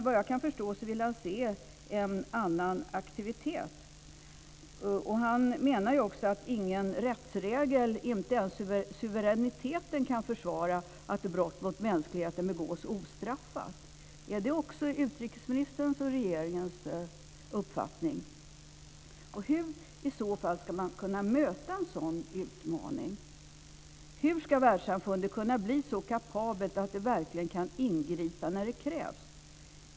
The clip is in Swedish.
Vad jag förstår vill han se en annan aktivitet. Han menar att ingen rättsregel, inte ens suveräniteten, kan försvara att brott mot mänskligheten begås ostraffat. Är det också utrikesministerns och regeringens uppfattning? Hur ska man i så fall möta en sådan utmaning? Hur ska världssamfundet bli så kapabelt att det verkligen kan ingripa när det krävs?